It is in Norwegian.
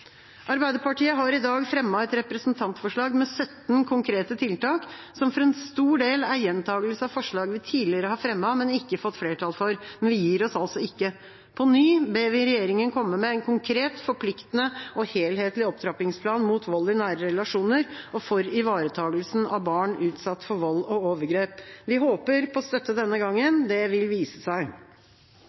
Arbeiderpartiet har i dag fremmet et representantforslag med 17 konkrete tiltak som for en stor del er gjentakelser av forslag vi tidligere har fremmet, men ikke fått flertall for. Men vi gir oss ikke. På ny ber vi regjeringa komme med en konkret, forpliktende og helhetlig opptrappingsplan mot vold i nære relasjoner og for ivaretakelsen av barn utsatt for vold og overgrep. Vi håper på støtte denne gangen. Det vil vise seg.